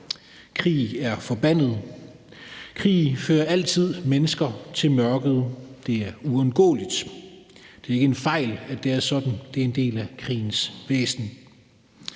Krig er forbandet, krig fører altid mennesker til mørket – det er uundgåeligt. Det er ikke en fejl, at det er sådan, det er en del af krigens væsen.